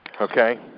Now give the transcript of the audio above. Okay